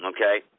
okay